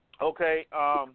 Okay